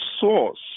source